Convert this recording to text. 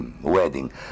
wedding